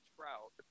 Trout